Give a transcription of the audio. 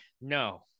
no